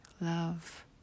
love